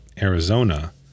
Arizona